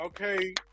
okay